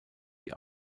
die